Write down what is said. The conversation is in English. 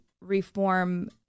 reform